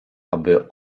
aby